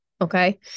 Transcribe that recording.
okay